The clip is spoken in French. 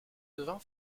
devint